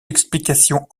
explications